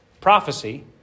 prophecy